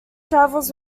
travels